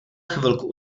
chvilku